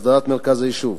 הסדרת מרכז היישוב,